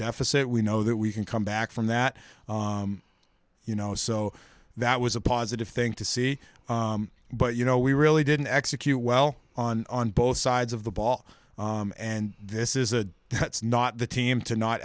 deficit we know that we can come back from that you know so that was a positive thing to see but you know we really didn't execute well on on both sides of the ball and this is a that's not the team